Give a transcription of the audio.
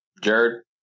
Jared